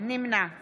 נמנע